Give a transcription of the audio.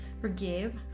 forgive